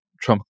Trump